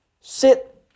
sit